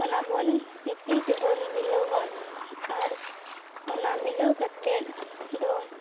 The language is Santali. ᱚᱱᱟᱵᱚᱱ ᱥᱤᱯᱤᱛᱮᱵᱚᱱ ᱢᱤᱞᱟᱹᱣᱟ ᱟᱨ ᱚᱱᱟ ᱢᱤᱞᱟᱹᱣ ᱠᱟᱛᱮᱫ ᱫᱚ